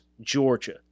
Georgia